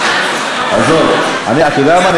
עזוב, אתה יודע מה?